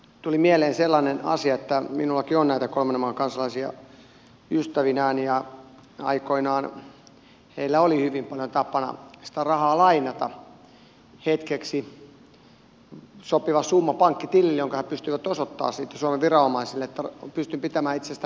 tuli mieleen sellainen asia että minullakin on näitä kolmannen maan kansalaisia ystävinä ja aikoinaan heillä oli hyvin paljon tapana sitä rahaa lainata hetkeksi sopiva summa pankkitilille jonka he pystyivät osoittamaan sitten suomen viranomaisille että pystyn pitämään itsestäni huolta